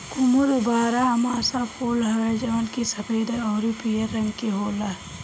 कुमुद बारहमासा फूल हवे जवन की सफ़ेद अउरी पियर रंग के होला